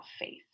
faith